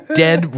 dead